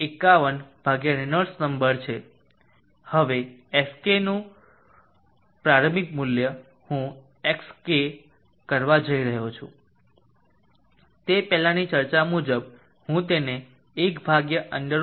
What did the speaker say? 51 Reynolds number છે હવે xk નું પ્રારંભિક મૂલ્ય હું xk કરવા જઇ રહ્યો છું તે પહેલાની ચર્ચા મુજબ હું તેને 1√0